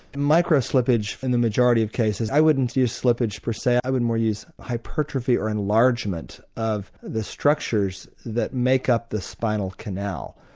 micro slippage in the majority of cases i wouldn't use slippage per se, i would use hypertrophy or enlargement of the structures that make up the spinal canal.